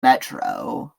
metro